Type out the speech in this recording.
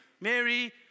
Mary